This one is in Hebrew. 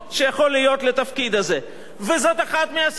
וזאת אחת מהסיבות שהצטרפנו לממשלה הזאת,